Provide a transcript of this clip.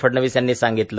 फडणवीस यांनी सांगितलं